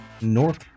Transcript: north